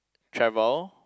travel